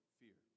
fear